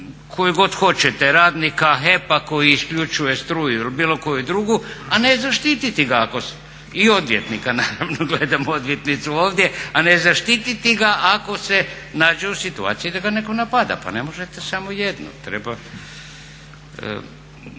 koju god hoćete, radnika HEP-a koji isključuje struju ili bilo koju drugu, a ne zaštititi ga, i odvjetnika naravno, gledam odvjetnicu ovdje, a ne zaštititi ga ako se nađe u situaciji da ga netko napada. Pa ne možete samo jedno. Pitanje